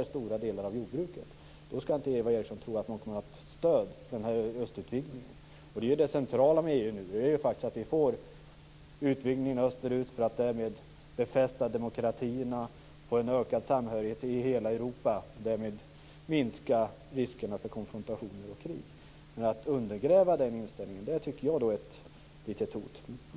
att stora delar av jordbruket skall läggas ned, skall inte Eva Eriksson tro att det blir ett stöd för östutvidgningen. Det centrala med EU är ju att vi får en utvidgning österut för att därmed befästa demokratierna och få en ökad samhörighet i hela Europa. På det sättet minskas riskerna för konfrontation och krig. Men att undergräva den inställningen tycker jag är ett litet hot.